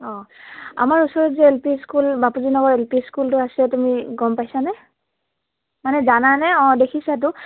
অঁ আমাৰ ওচৰত যে L P school Bapuji Nagar L P স্কুলটো আছে তুমি গম পাইছানে মানে জানানে অঁ দেখিছাটো